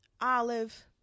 olive